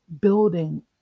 building